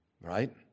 Right